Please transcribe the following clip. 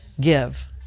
give